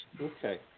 Okay